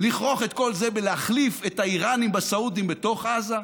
לכרוך את כל זה בלהחליף את האיראנים בסעודים בתוך עזה,